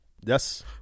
Yes